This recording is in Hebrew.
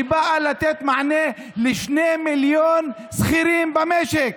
שבאה לתת מענה ל-2 מיליון שכירים במשק.